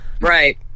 Right